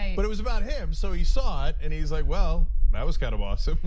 um but it was about him. so he saw it and he's like, well, that was kind of awesome.